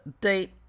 date